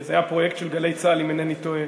זה היה פרויקט של "גלי צה"ל", אם אינני טועה.